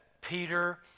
Peter